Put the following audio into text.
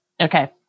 Okay